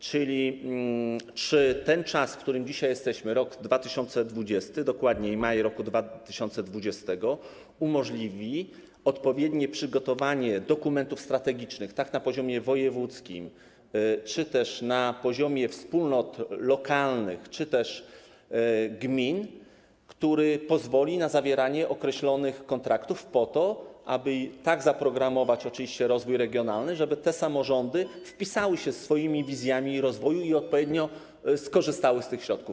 Czy ten czas, w którym dzisiaj jesteśmy, rok 2020, dokładniej, maj roku 2020, umożliwi odpowiednie przygotowanie dokumentów strategicznych tak na poziomie wojewódzkim, jak też na poziomie wspólnot lokalnych czy gmin, które pozwoli na zawieranie określonych kontraktów po to, aby tak zaprogramować oczywiście rozwój regionalny, by te samorządy wpisały się w to swoimi wizjami rozwoju i odpowiednio skorzystały z tych środków?